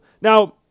Now